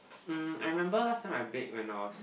um I remember last time I bake when I was